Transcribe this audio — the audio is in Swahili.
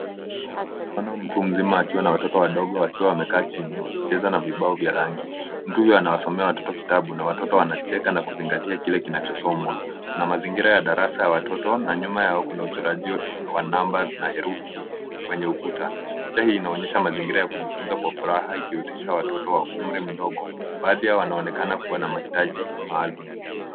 Hapa naona mtu mzima akiwa na watoto wadogo wakiwa wamekaa chini, wakicheza na vibao vya rangi. Mtu huyo anawasomea watoto kitabu na watoto wanacheka na kuzingatia kile kinachosomwa. Kuna mazingira ya darasa ya watoto na nyuma yao kuna uchorajio wa namba na herufi kwenye ukuta. Picha hii inaonyesha mazingira ya kujifunza kwa furaha ikihusisha watoto wa umri mdogo. Baadhi yao wanaonekana kuwa na mahitaji maalum.